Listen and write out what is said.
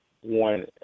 one